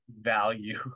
value